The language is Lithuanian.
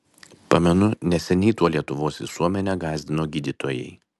pamenu neseniai tuo lietuvos visuomenę gąsdino gydytojai